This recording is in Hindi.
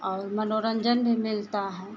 और मनोरन्जन भी मिलता है